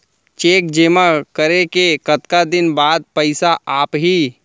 Cheque जेमा करे के कतका दिन बाद पइसा आप ही?